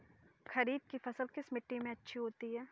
खरीफ की फसल किस मिट्टी में अच्छी होती है?